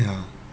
ya